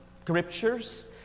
scriptures